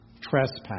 trespass